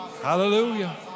Hallelujah